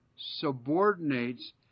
subordinates